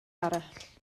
arall